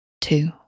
two